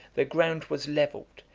the ground was levelled,